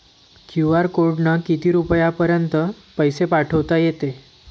QR कोडनं किती रुपयापर्यंत पैसे पाठोता येते?